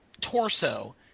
torso